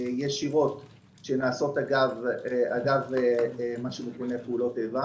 ישירות שנעשות אגב מה שמכונה פעולות איבה.